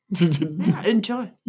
Enjoy